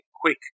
quick